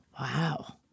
wow